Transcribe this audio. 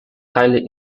highly